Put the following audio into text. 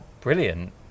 brilliant